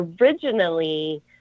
originally